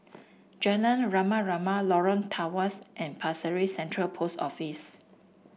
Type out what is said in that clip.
Jalan Rama Rama Lorong Tawas and Pasir Ris Central Post Office